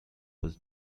was